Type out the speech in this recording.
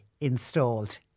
installed